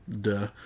Duh